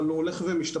אבל הוא הולך ומשתפר.